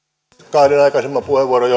kahden aikaisemman puheenvuoron